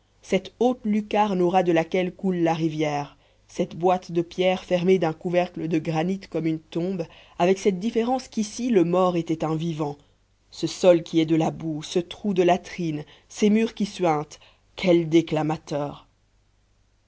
cette haute lucarne au ras de laquelle coule la rivière cette boîte de pierre fermée d'un couvercle de granit comme une tombe avec cette différence qu'ici le mort était un vivant ce sol qui est de la boue ce trou de latrines ces murs qui suintent quels